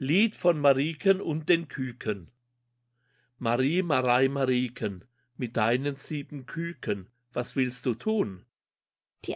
lied von marieken und den küken die